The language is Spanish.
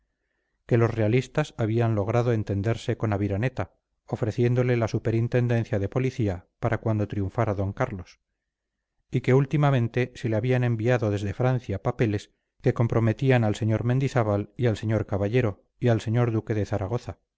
que los realistas habían logrado entenderse con aviraneta ofreciéndole la superintendencia de policía para cuando triunfara d carlos y que últimamente se le habían enviado desde francia papeles que comprometían al sr mendizábal y al sr caballero y al señor duque de zaragoza